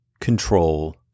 control